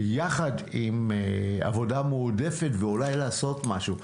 יחד עם עבודה מועדפת ואולי לעשות משהו,